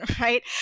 right